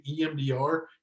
EMDR